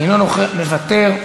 מוותר,